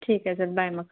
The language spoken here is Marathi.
ठीक आहे चल बाय मग